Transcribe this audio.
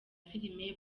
filimi